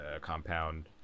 compound